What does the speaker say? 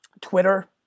Twitter